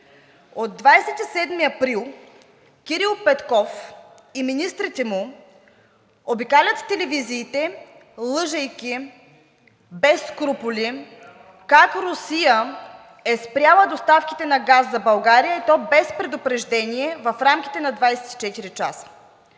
От 27 април Кирил Петков и министрите му обикалят в телевизиите, лъжейки без скрупули, как Русия е спряла доставките на газ за България, и то без предупреждение, в рамките на 24 часа.